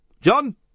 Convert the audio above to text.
John